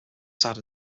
sad